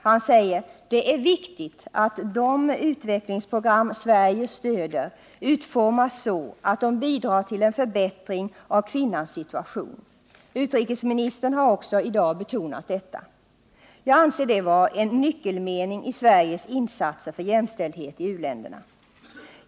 Han säger: Det är viktigt att det utvecklingsprogram Sverige stöder utformas så att det bidrar till en förbättring av kvinnans situation. — Utrikesministern har också i dag betonat detta. Jag anser det vara en nyckelmening när det gäller Sveriges insatser för jämställdhet i u-länderna.